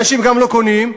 אנשים גם לא קונים,